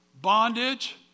bondage